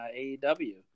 AEW